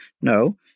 No